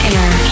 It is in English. Air